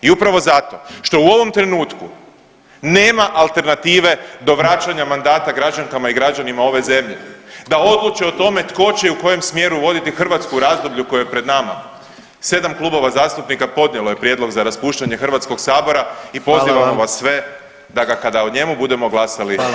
I upravo zato što u ovom trenutku nema alternative do vraćanja mandata građankama i građanima ove zemlje da odluče o tome tko će i u kojem smjeru voditi Hrvatsku u razdoblju koje je pred nama, 7 klubova zastupnika podnijelo je prijedlog za raspuštanje Hrvatskog sabora i pozivamo vas [[Upadica: Hvala.]] sve da ga kada o njemu budemo glasali podržite.